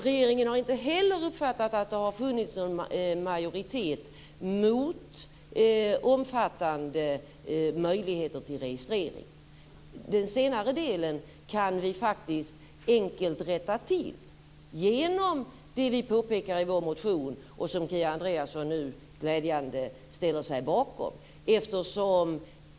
Regeringen har inte heller uppfattat att det har funnits någon majoritet mot omfattande möjligheter till registrering. Den senare delen kan vi faktiskt enkelt rätta till med hjälp av det vi påpekar i vår motion och som nu Kia Andreasson glädjande nog ställer sig bakom.